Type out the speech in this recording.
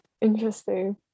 interesting